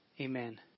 Amen